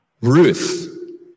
ruth